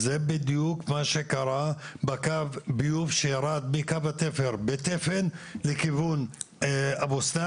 זה בדיוק מה שקרה בקו ביוב שירד מקו התפר בתפן לכיוון אבו סנאן.